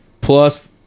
Plus